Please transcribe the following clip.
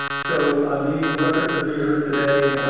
so, on these references you heard today,